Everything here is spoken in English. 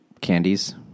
candies